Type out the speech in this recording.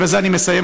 ובזה אני מסיים,